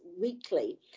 weekly